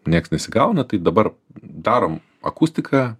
nieks nesigauna tai dabar darom akustiką